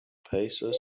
paces